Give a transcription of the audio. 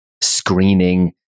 screening